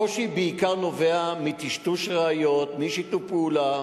הקושי נובע בעיקר מטשטוש ראיות, מאי-שיתוף פעולה.